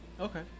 Okay